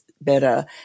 better